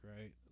right